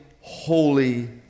holy